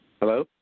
Hello